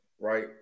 right